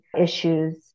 issues